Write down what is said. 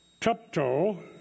tupto